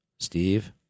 Steve